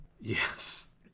yes